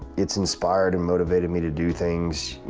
it's inspired and motivated me to do things